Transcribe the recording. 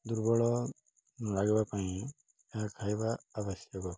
ଦୁର୍ବଳ ଲାଗିବା ପାଇଁ ଏହା ଖାଇବା ଆବଶ୍ୟକ